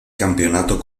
campeonato